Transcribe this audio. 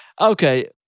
Okay